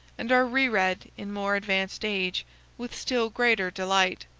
and are re-read in more advanced age with still greater delight.